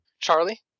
Charlie